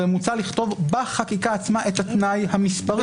הרי מוצע לכתוב בחקיקה עצמה את התנאי המספרי.